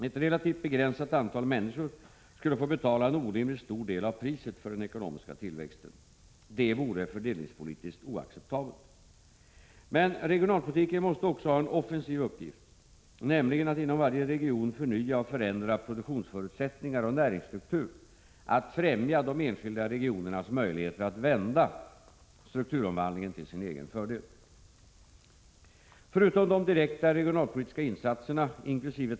Ett relativt begränsat antal människor skulle få betala en orimligt stor del av priset för den ekonomiska tillväxten. Detta vore fördelningspolitiskt oacceptabelt. Men regionalpolitiken måste också ha en offensiv uppgift, nämligen att inom varje region förnya och förändra produktionsförutsättningar och näringsstruktur; att främja de enskilda regionernas möjligheter att vända strukturomvandlingen till sin egen fördel. Förutom de direkta regionalpolitiska insatserna, inkl.